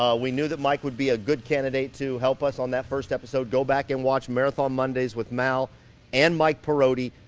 um we knew that mike would be a good candidate to help us on that first episode. go back and watch marathon mondays with mal and mike perotti,